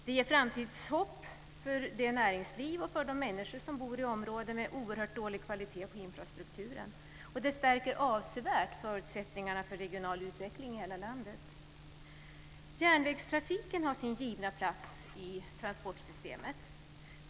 Det ger framtidshopp för näringslivet och för de människor som bor i områden med oerhört dålig kvalitet på infrastrukturen. Det stärker avsevärt förutsättningarna för regional utveckling i hela landet. Järnvägstrafiken har sin givna plats i transportsystemet.